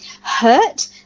hurt